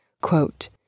Quote